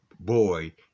Boy